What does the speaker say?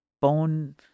bone